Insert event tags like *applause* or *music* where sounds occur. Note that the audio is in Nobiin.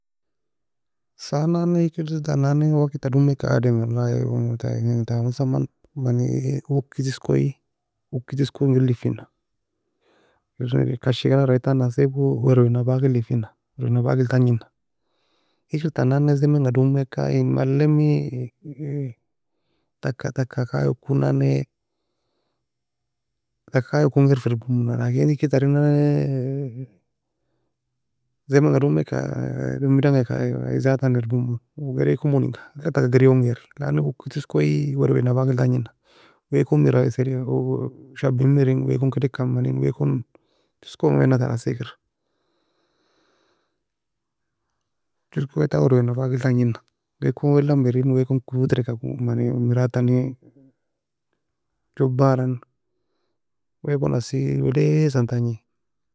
Sai nan nae hikir tan nan nae وقت ta domei ka adem واللله erbirmoe *hesitation* ta hosan man man uki toskoe e uki toskoe *hesitation* engir leffina kashi galgra entan nasae koe wer wer na abak leffina wer wer nabak el tangina kikir tar nan nae زمن ga domeka en malay emi *hesitation* tak kayo ko nan nae taka kayo ko engair fa erbermona, lakin hikir ten nan na *hesitation* زمن ga domeka domdangeka aye aye zat an erbermo. Owe geriakomo enga ela taka gerion gair lano uki toskoe wer wer n abak el tange na weakon mira سريع *noise* shabin mire, wea kon kedeka *hesitation* wea kon toskoe mena ter asikera, *noise* toskoe entan wer wern abak el tangina, wea kon welan miren wea kon kodo terka mirad tany jobar un wea kon asie welasan tagne